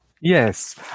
Yes